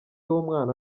w’umwana